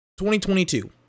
2022